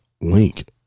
Link